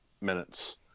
minutes